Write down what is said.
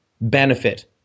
benefit